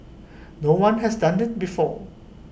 no one has done before